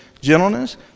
gentleness